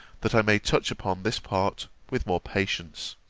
that i may touch upon this part with more patience.